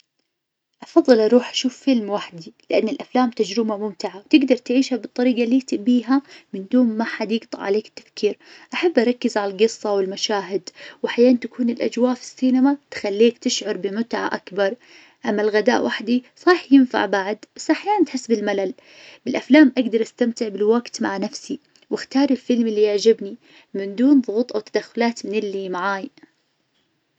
أفضل أروح أشوف فيلم وحدي، لأن الأفلام تجربة ممتعة تقدر تعيشها بالطريقة اللي تبيها من دون ما حد يقطع عليك التفكير. أحب أركز على القصة والمشاهد، وأحيانا تكون الأجواء في السينما تخليك تشعر بمتعة أكبر. أما الغداء وحدي صح ينفع بعد بس أحيانا تحس بالملل. بالأفلام أقدر أستمتع بالوقت مع نفسي وأختار الفيلم اللي يعجبني من دون ظغوط أو تدخلات من اللي معاي.